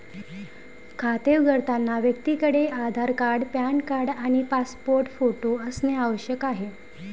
खाते उघडताना व्यक्तीकडे आधार कार्ड, पॅन कार्ड आणि पासपोर्ट फोटो असणे आवश्यक आहे